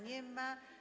Nie ma.